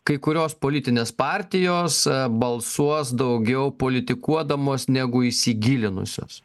kai kurios politinės partijos balsuos daugiau politikuodamos negu įsigilinusios